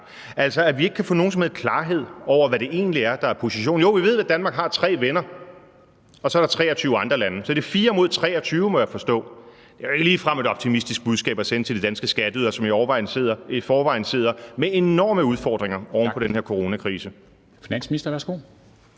altså at vi ikke kan få nogen som helst klarhed over, hvad det egentlig er, der er positionen. Jo, vi ved, at Danmark har 3 venner, og så er der 23 andre lande – så det er 4 mod 23, må jeg forstå; det er jo ikke ligefrem et optimistisk budskab at sende til de danske skatteydere, som i forvejen sidder med enorme udfordringer oven på den her coronakrise.